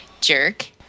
Jerk